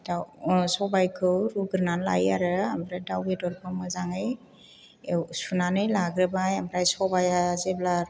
दाउ सबायखौ रुग्रोनानै लायो आरो ओमफ्राय दाउ बेदरखौ मोजाङै सुनानै लाग्रोबाय ओमफ्राय सबाया जेब्ला